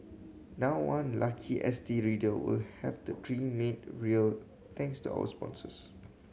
now one lucky S T reader will have that dream made real thanks to our sponsors